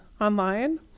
online